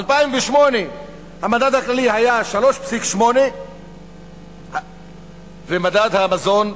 ב-2008 המדד הכללי היה 3.8% ומדד המזון,